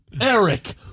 Eric